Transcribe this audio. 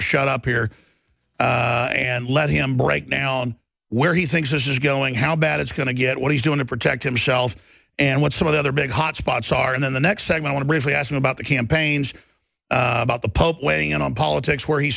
to shut up here and let him break down where he thinks this is going how bad it's going to get what he's doing to protect himself and what some of the other big hot spots are and then the next segment to really asking about the campaigns about the pope weighing in on politics where he